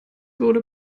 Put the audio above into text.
wurde